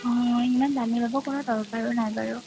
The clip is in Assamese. অঁ ইমান দাবী ল'ব কোনো দৰকাৰো নাই বাৰু